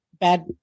bad